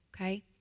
Okay